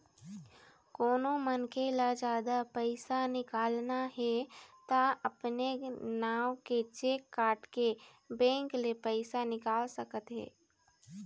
कोनो मनखे ल जादा पइसा निकालना हे त अपने नांव के चेक काटके बेंक ले पइसा निकाल सकत हे